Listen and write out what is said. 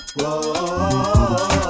Whoa